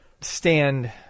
Stand